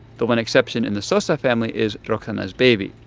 the one exception in the sosa family is roxana's baby,